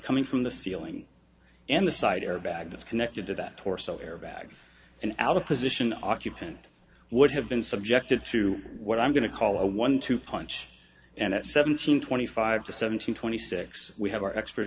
coming from the ceiling and the side air bag that's connected to that torso airbag and out of position occupant would have been subjected to what i'm going to call a one two punch and at seventeen twenty five to seventeen twenty six we have our expert